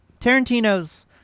Tarantino's